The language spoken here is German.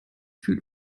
fühlt